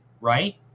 right